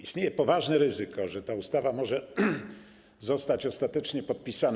Istnieje poważne ryzyko, że ta ustawa może zostać ostatecznie podpisana.